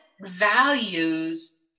values